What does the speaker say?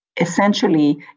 essentially